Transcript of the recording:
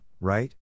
right